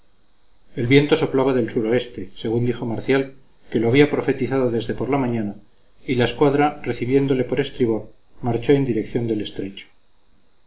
el viento soplaba del so según dijo marcial que lo había profetizado desde por la mañana y la escuadra recibiéndole por estribor marchó en dirección del estrecho